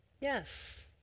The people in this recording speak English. yes